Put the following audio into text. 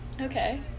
okay